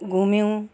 घुम्यौँ